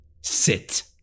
Sit